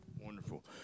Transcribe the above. Wonderful